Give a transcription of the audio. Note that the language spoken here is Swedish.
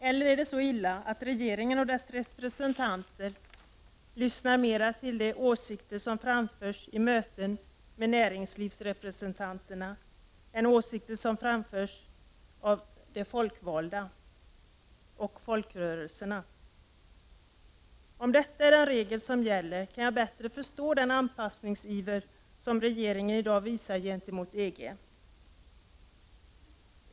Eller är det så illa att regeringen och dess representanter lyssnar mer till de åsikter som framförs i möten med näringslivsrepresentanter än till de åsikter som framförs av de folkvalda och folkrörelserna? Om detta är den regel som gäller kan jag bättre förstå den anpassningsiver som regeringen i dag visar gentemot EG.